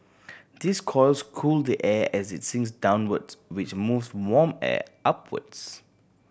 these coils cool the air as it sinks downwards which moves warm air upwards